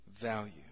value